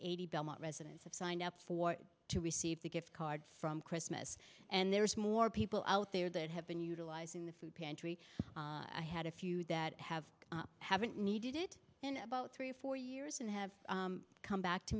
eighty belmont residents have signed up for to receive the gift card from christmas and there's more people out there that have been utilizing the food pantry i had a few that have haven't needed it in about three or four years and have come back to